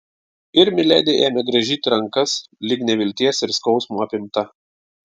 ir miledi ėmė grąžyti rankas lyg nevilties ir skausmo apimta